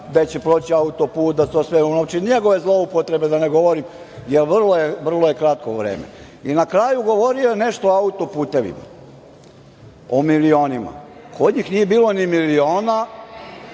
gde će proći auto-put da to sve unovči, njegove zloupotrebe da ne govorim, jer vrlo je kratko vreme. Na kraju, govorio je nešto o auto-putevima, o milionima. Kod njih nije bilo ni miliona,